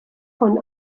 von